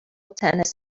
tennis